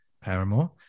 Paramore